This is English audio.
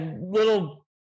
little